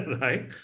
Right